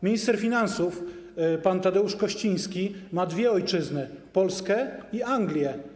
Minister finansów pan Tadeusz Kościński ma dwie ojczyny: Polskę i Anglię.